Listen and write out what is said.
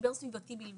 משבר סביבתי בלבד.